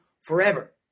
forever